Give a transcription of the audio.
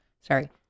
sorry